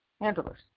Handlers